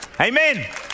Amen